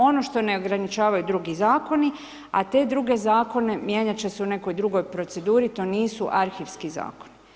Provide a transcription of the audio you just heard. Ono što ne ograničavaju drugi zakoni, a ti drugi zakoni mijenjati će se u nekoj drugoj proceduri, to nisu arhivski zakoni.